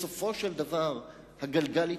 בסופו של דבר הגלגל התהפך.